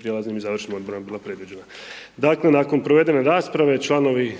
prijelaznim i završnim odredbama bila predviđena. Dakle, nakon provede rasprave, članovi